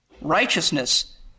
Righteousness